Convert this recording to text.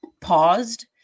paused